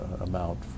amount